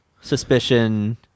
suspicion